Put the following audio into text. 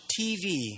TV